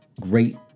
great